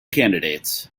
candidates